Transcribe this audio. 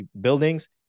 buildings